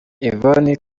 yvonne